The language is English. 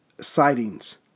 sightings